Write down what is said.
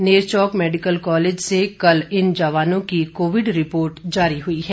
Nerchowk medical college से कल इन जवानों की कोविड रिपोर्ट जारी हुई है